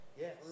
Yes